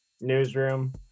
Newsroom